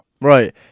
Right